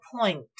point